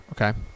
okay